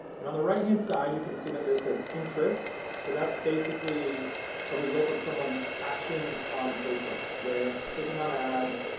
and on the right-hand side you can see that this says interests. so that's basically a result of someone's actions on facebook. they're clicking on ads,